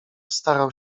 starał